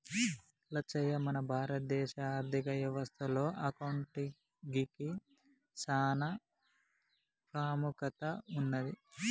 లచ్చయ్య మన భారత దేశ ఆర్థిక వ్యవస్థ లో అకౌంటిగ్కి సాన పాముఖ్యత ఉన్నది